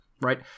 right